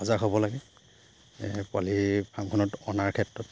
সজাগ হ'ব লাগে পোৱালি ফাৰ্মখনত অনাৰ ক্ষেত্ৰত